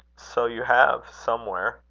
so you have, somewhere.